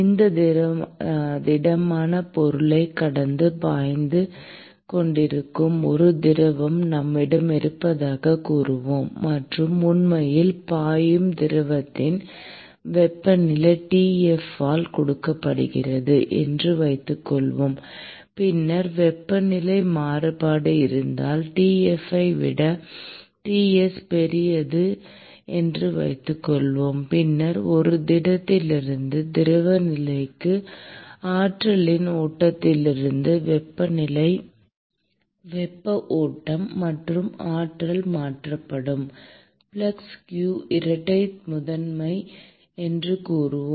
இந்த திடமான பொருளைக் கடந்து பாய்ந்து கொண்டிருக்கும் ஒரு திரவம் நம்மிடம் இருப்பதாகக் கூறுவோம் மற்றும் உண்மையில் பாயும் திரவத்தின் வெப்பநிலை T f ஆல் கொடுக்கப்படுகிறது என்று வைத்துக் கொள்வோம் பின்னர் வெப்பநிலையில் மாறுபாடு இருப்பதால் T f ஐ விட T s பெரியது என்று வைத்துக் கொள்வோம் பின்னர் ஒரு திடத்திலிருந்து திரவ நிலைக்கு ஆற்றலின் ஓட்டத்திலிருந்து வெப்ப ஓட்டம் மற்றும் ஆற்றல் மாற்றப்படும் ஃப்ளக்ஸ் q இரட்டை முதன்மை என்று கூறுவோம்